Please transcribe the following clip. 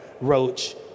Roach